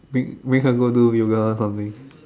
make make her go do yoga or something